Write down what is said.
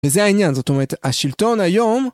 וזה העניין, זאת אומרת השלטון היום...